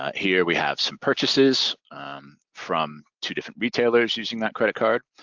here we have some purchases from two different retailers using that credit card.